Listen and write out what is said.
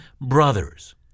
brothers